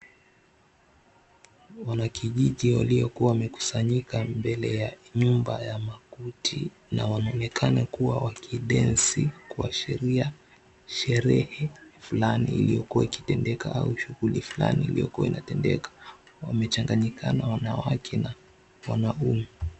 Wanakijiji waliokuwa wamekusanyika mbele ya nyumba ya makuti na wanaonekana kuwa wakidensi kuashiria sherehe fulani iliyokua ikitendeka au shughu fulani liiliyokuwa ikitendeka. Wamechanganyika wanawake na wanaume.